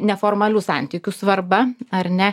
neformalių santykių svarba ar ne